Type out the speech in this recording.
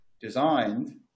designed